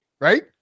right